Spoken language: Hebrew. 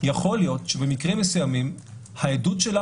יכול להיות שבמקרים מסוימים העדות שלה